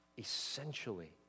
Essentially